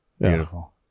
beautiful